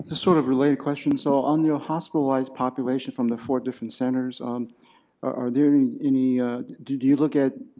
sort of related question, so on your hospitalized population from the four different centers um are there any do do you look at